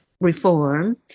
reform